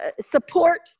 support